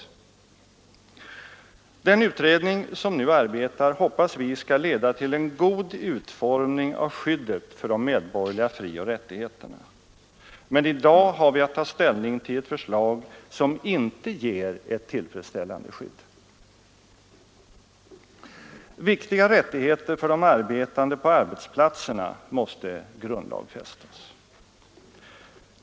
Vi hoppas att den utredning som nu arbetar skall leda till en god utformning av skyddet för de medborgerliga frioch rättigheterna. Men i dag har vi att ta ställning till ett förslag som inte ger ett tillfredsställande skydd. Viktiga rättigheter för de arbetande på arbetsplatserna måste grundlagsfästas.